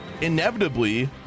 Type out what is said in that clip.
inevitably